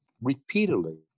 repeatedly